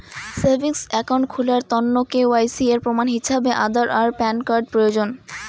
savings account খুলার তন্ন KYC এর প্রমাণ হিছাবে আধার আর প্যান কার্ড প্রয়োজন